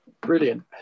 Brilliant